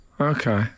okay